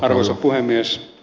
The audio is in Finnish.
arvoisa puhemies